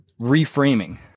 reframing